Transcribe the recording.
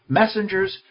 messengers